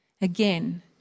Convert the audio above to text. Again